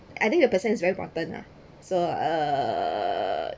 I think the person is very important lah so uh